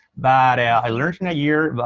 but i learned in a year but